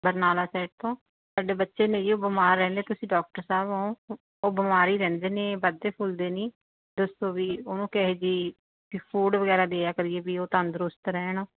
Barnala side ਤੋਂ ਸਾਡੇ ਬੱਚੇ ਨੇ ਜੀ ਉਹ ਬਿਮਾਰ ਰਹਿੰਦੇ ਤੁਸੀਂ ਡੋਕਟਰ ਸਾਹਿਬ ਹੋ ਉਹ ਬਿਮਾਰ ਹੀ ਰਹਿੰਦੇ ਨੇ ਵੱਧਦੇ ਫੁੱਲਦੇ ਨਹੀਂ ਦੱਸੋ ਬਈ ਉਹਨੂੰ ਕਿਹੋ ਜਿਹਾ ਕੀ ਫੂਡ ਵਗੈਰਾ ਦਿਆ ਕਰੀਏ ਵੀ ਉਹ ਤੰਦਰੁਸਤ ਰਹਿਣ